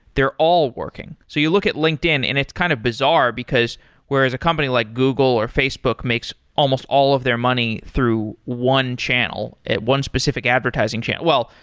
they're all working. so you look at linkedin and it's kind of bizarre, because whereas a company like google, or facebook makes almost all of their money through one channel, at one specific advertising channel, well,